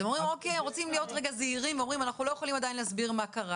אז אומרים שרוצים להיות זהירים ולא יכולים עדיין להסביר מה קרה.